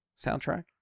soundtrack